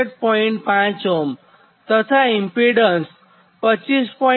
5 Ω તથા ઇમ્પીડન્સ 25